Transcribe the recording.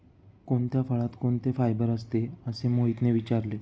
कोणत्या फळात कोणते फायबर असते? असे मोहितने विचारले